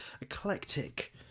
eclectic